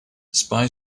spy